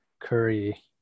curry